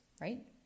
right